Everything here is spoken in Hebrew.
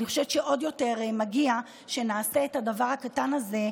אני חושבת שעוד יותר מגיע שנעשה את הדבר הקטן הזה.